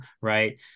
right